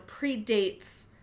predates